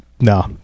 no